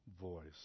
voice